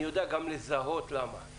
אני יודע גם לזהות למה.